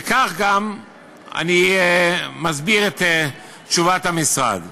וכך גם אני מסביר את תשובת המשרד.